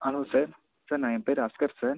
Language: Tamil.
ஹலோ சார் சார் நான் என் பேர் அஸ்கர் சார்